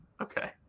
Okay